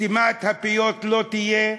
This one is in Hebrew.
שסתימת הפיות לא תהיה,